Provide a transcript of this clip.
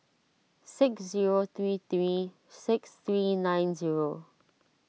six zero three three six three nine zero